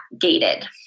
gated